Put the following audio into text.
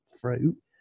fruit